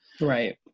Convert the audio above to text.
Right